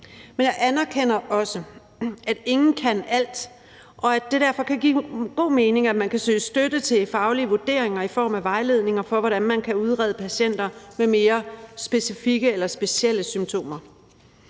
Men jeg anerkender også, at ingen kan alt, og at det derfor kan give god mening, at man kan søge støtte til faglige vurderinger i form af vejledninger for, hvordan man kan udrede patienter med mere specifikke eller specielle symptomer.